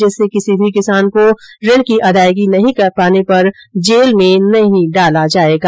जिससे किसी भी किसान को ऋण की अदायगी नहीं कर पाने पर जेल में नहीं डाला जायेगा